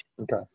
Okay